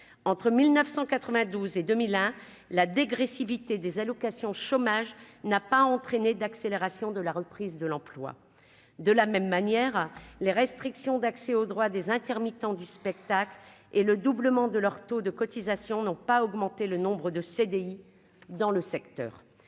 entre 1992 et 2001 la dégressivité des allocations chômage n'a pas entraîné d'accélération de la reprise de l'emploi, de la même manière, les restrictions d'accès au droit des intermittents du spectacle et le doublement de leur taux de cotisation n'ont pas augmenté le nombre de CDI dans le secteur,